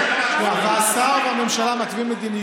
אזרחי המדינה.